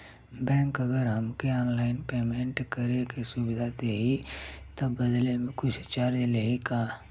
Bank अगर हमके online payment करे के सुविधा देही त बदले में कुछ चार्जेस लेही का?